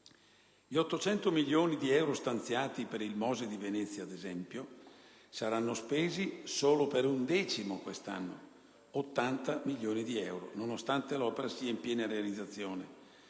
Gli 800 milioni di euro stanziati per il Mose di Venezia, ad esempio, saranno spesi solo per un decimo quest'anno (80 milioni di euro), nonostante l'opera sia in piena realizzazione.